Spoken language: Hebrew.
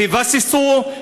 תבססו,